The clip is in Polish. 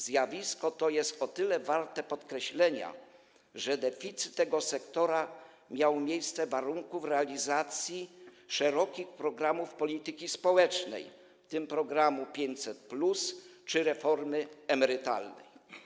Zjawisko to jest o tyle warte podkreślenia, że deficyt tego sektora miał miejsce w warunkach realizacji szerokich programów polityki społecznej, w tym programu 500+ czy reformy emerytalnej.